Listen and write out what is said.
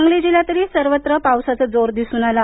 सांगली जिल्ह्यात सर्वत्र पावसाचा जोर दिसून आला